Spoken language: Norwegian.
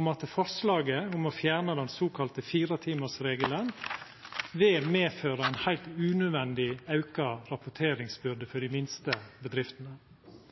om at forslaget om å fjerna den såkalla firetimarsregelen vil medføra ei heilt unødvendig auka rapporteringsbyrde for dei minste bedriftene.